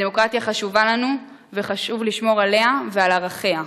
הדמוקרטיה חשובה לנו וחשוב לשמור עליה ועל ערכיה.